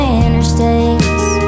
interstates